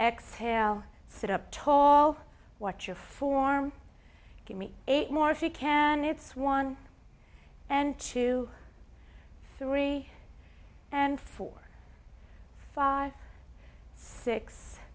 exhale sit up tall what you're form give me eight more if you can it's one and two three and four five six